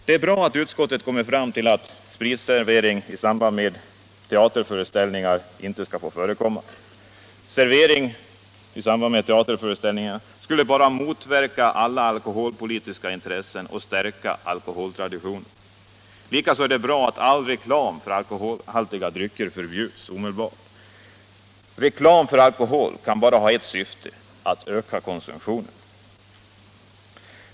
Det är bra att utskottet kommit fram till att spritservering i samband med teaterföreställningar inte skall få förekomma. En sådan skulle bara motverka alla alkoholpolitiska intressen och stärka alkoholtraditionerna. Likaså är det bra att all reklam för alkoholhaltiga drycker omedelbart förbjuds. Reklam för alkohol kan bara ha ett syfte, nämligen att öka konsumtionen.